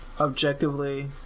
Objectively